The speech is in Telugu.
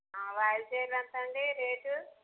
వాయిల్ చీరెలు ఎంత అండి రేటు